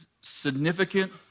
significant